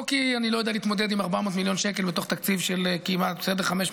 לא כי אני לא יודע להתמודד עם 400 מיליון שקל בתוך תקציב של כמעט 580,